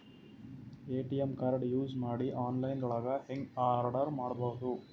ATM card use ಮಾಡಿ online ದೊಳಗೆ ಹೆಂಗ್ ಆರ್ಡರ್ ಮಾಡುದು?